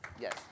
yes